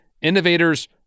Innovators